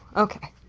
okay.